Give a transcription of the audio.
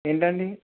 ఏంటి అండి